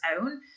own